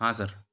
हाँ सर